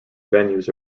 venues